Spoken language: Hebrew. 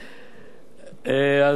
אז אמרנו, סיפרנו.